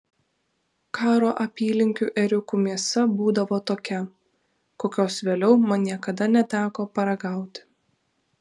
karo apylinkių ėriukų mėsa būdavo tokia kokios vėliau man niekada neteko paragauti